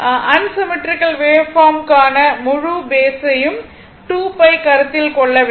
unsymmetrical வேவ்பார்ம்க்கான முழு phase யும் 2π கருத்தில் கொள்ள வேண்டும்